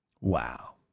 Wow